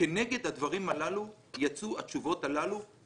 כנגד הדברים הללו יצאו התשובות שקראתי